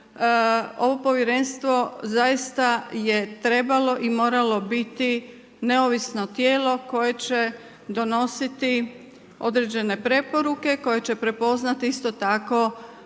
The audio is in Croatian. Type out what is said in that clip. ovo povjerenstvo zaista je trebalo i moralo biti neovisno tijelo koje će donositi određene preporuke koje će prepoznati isto tako